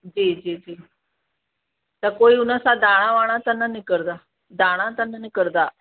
जी जी जी त कोई हुन सां दाणा वाणा त न निकिरंदा दाणा त न निकिरंदा